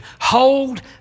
Hold